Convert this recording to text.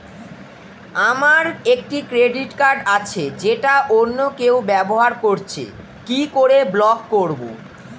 আমার একটি credit card আছে যেটা অন্য কেউ ব্যবহার করছে কি করে ব্লক করবো?